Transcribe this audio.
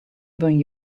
bring